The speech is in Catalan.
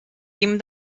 guim